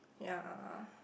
ya